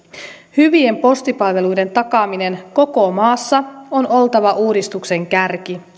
hyvien postipalveluiden takaamisen koko maassa on oltava uudistuksen kärki